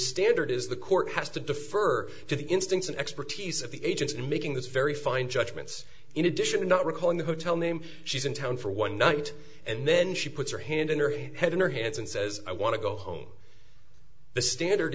standard is the court has to defer to the instincts and expertise of the agents in making this very fine judgments in addition to not recalling the hotel name she's in town for one night and then she puts her hand in her head in her hands and says i want to go home the standard